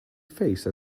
face